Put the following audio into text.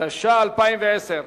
התש"ע 2010,